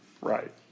Right